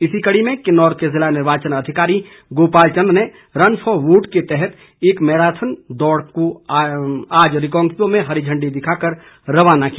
इसी कड़ी में किन्नौर के जिला निर्वाचन अधिकारी गोपाल चंद ने रन फोर वोट के तहत एक मैराथन दौड़ को आज रिकांगपिओ में हरी झंडी दिखाकर रवान किया